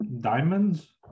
Diamonds